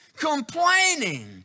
complaining